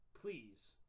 please